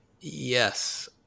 yes